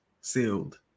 sealed